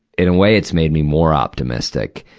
in a way, it's made me more optimistic.